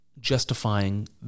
justifying